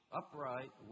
upright